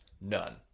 none